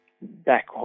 back